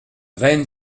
reine